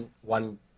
one